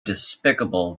despicable